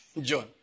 John